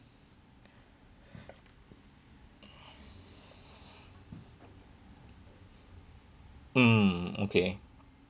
mm okay